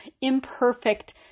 imperfect